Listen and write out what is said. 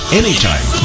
anytime